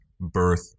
birth